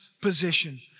position